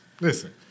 Listen